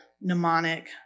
mnemonic